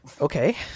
Okay